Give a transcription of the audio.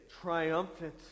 triumphant